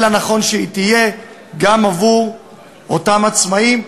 אלא נכון שהיא תהיה גם עבור אותם עצמאים,